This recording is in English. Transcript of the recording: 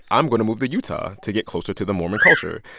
i'm going to move to utah to get closer to the mormon culture.